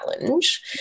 challenge